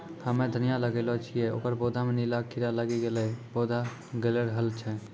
हम्मे धनिया लगैलो छियै ओकर पौधा मे नीला कीड़ा लागी गैलै पौधा गैलरहल छै?